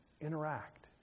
interact